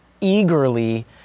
eagerly